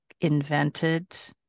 invented